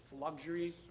luxury